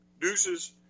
Deuces